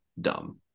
dumb